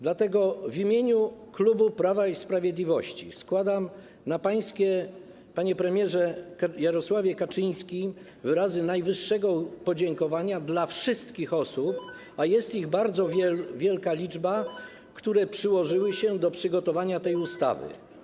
Dlatego w imieniu klubu Prawa i Sprawiedliwości składam na pańskie ręce, panie premierze Jarosławie Kaczyński, wyrazy najwyższego podziękowania dla wszystkich osób, a jest ich bardzo wielka liczba, które przyłożyły się do przygotowania tej ustawy.